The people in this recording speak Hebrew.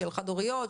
של חד-הוריות,